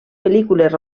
pel·lícules